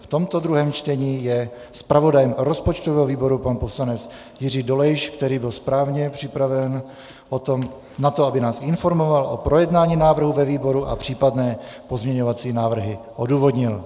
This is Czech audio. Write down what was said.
V tomto druhém čtení je zpravodajem rozpočtového výboru pan poslanec Jiří Dolejš, který byl správně připraven na to, aby nás informoval o projednání návrhu ve výboru a případné pozměňovací návrhy odůvodnil.